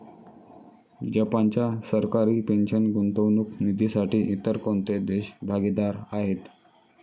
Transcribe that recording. जपानच्या सरकारी पेन्शन गुंतवणूक निधीसाठी इतर कोणते देश भागीदार आहेत?